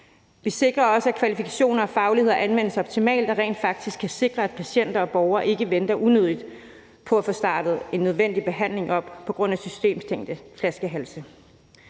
Vi sikrer også, at kvalifikationer og faglighed anvendes optimalt og rent faktisk kan sikre, at patienter og borgere ikke venter unødigt på at få startet en nødvendig behandling op på grund af systembestemte flaskehalse.